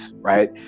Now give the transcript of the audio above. right